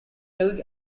milk